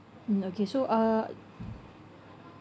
mm okay so uh